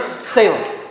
Salem